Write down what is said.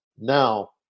Now